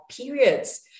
periods